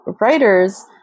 writers